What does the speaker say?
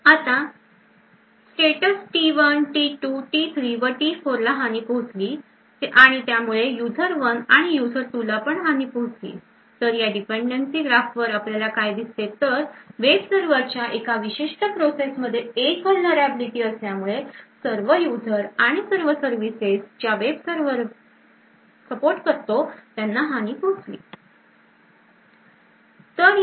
आता status T1 T2 T3 व T4 ला हानी पोहोचली आणि त्यामुळे युजर 1 आणि युजर 2 ला पण हानी पोहोचली तर या dependency graph वर आपल्याला काय दिसतेय तर वेब सर्वर च्या एका विशिष्ट प्रोसेस मध्ये एक vulnerability असल्यामुळे सर्व युजर आणि सर्व सर्विसेस ज्या वेब सर्वर सपोर्ट करतो त्यांना हानी पोहोचली